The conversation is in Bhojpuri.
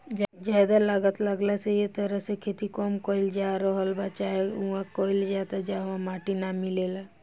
ज्यादा लागत लागला से ए तरह से खेती कम कईल जा रहल बा चाहे उहा कईल जाता जहवा माटी ना मिलेला